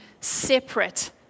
separate